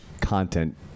content